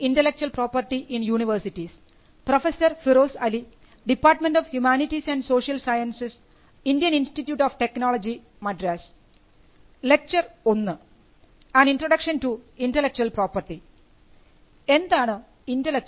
എന്താണ് intellectual property